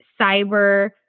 cyber